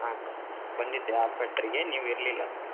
ಹಾಂ ಸರ್ ಬಂದಿದ್ದೆ ಆಸ್ಪತ್ರಿಗೆ ನೀವು ಇರಲಿಲ್ಲ ಸರ್